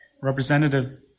representative